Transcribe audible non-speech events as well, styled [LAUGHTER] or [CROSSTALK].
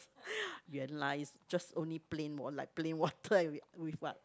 [BREATH] 原来 is just only plain wa~ like plain water with what